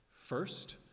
First